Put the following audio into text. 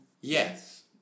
Yes